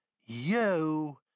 Yo